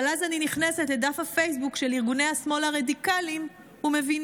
אבל אז אני נכנסת לדף הפייסבוק של ארגוני השמאל הרדיקליים ומבינה: